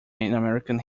american